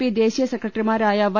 P ദേശീയ സെക്രട്ടറിമാരായ Y